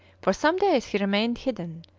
for some days he remained hidden.